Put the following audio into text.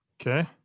Okay